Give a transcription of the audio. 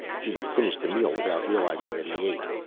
he finished the meal without realizing that he ate.